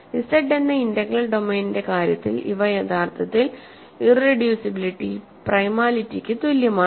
Z എന്ന integral ഡൊമെയ്നിന്റെ കാര്യത്തിൽ ഇവ യഥാർത്ഥത്തിൽ ഇറെഡ്യൂസിബിലിറ്റിപ്രിമാലിറ്റിക്കു തുല്യമാണ്